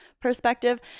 perspective